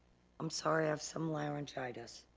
i'm sorry, i have some laryngitis.